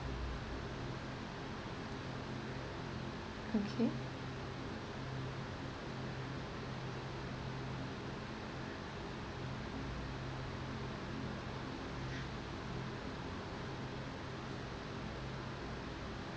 okay